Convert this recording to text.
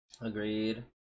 Agreed